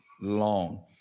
long